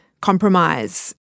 compromise